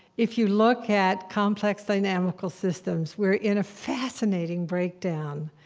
if you look at complex dynamical systems, we're in a fascinating breakdown.